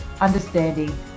understanding